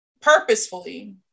purposefully